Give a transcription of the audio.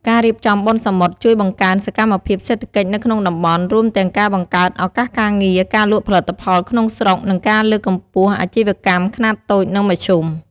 ការរៀបចំបុណ្យសមុទ្រជួយបង្កើនសកម្មភាពសេដ្ឋកិច្ចនៅក្នុងតំបន់ រួមទាំងការបង្កើតឱកាសការងារ ការលក់ផលិតផលក្នុងស្រុក និងការលើកកម្ពស់អាជីវកម្មខ្នាតតូច និងមធ្យម។